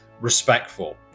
respectful